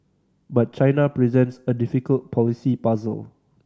but China presents a difficult policy puzzle